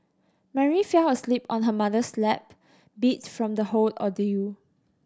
Mary fell asleep on her mother's lap beat from the whole ordeal